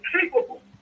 capable